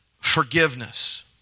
forgiveness